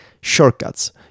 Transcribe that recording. shortcuts